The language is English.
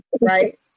Right